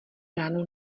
ráno